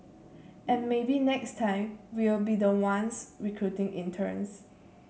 and maybe next time we'll be the ones recruiting interns